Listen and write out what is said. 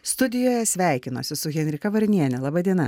studijoje sveikinuosi su henrika varniene laba diena